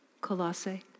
Colossae